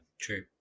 True